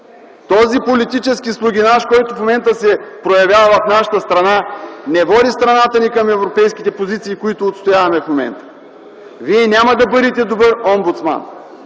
Този политически слугинаж, който в момента се проявява в нашата страна, не води страната ни към европейските позиции, които отстояваме в момента. Вие няма да бъдете добър омбудсман,